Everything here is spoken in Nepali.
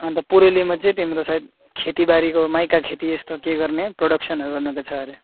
अन्त पुरुलियामा चाहिँ तिम्रो सायद खेतीबारीको माइकाको खेती यस्तो के गर्ने प्रडक्सनहरू गर्नुको छ अरे